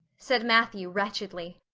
said matthew wretchedly.